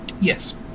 Yes